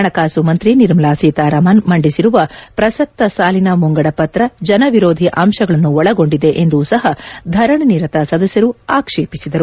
ಹಣಕಾಸು ಮಂತಿ ನಿರ್ಮಲಾ ಸೀತಾರಾಮನ್ ಮಂಡಿಸಿರುವ ಪ್ರಸಕ್ತ ಸಾಲಿನ ಮುಂಗಡಪತ್ರ ಜನ ವಿರೋಧಿ ಅಂಶಗಳನ್ನು ಒಳಗೊಂಡಿದೆ ಎಂದೂ ಸಹ ಧರಣಿ ನಿರತ ಸದಸ್ಯರು ಆಕ್ವೇಪಿಸಿದರು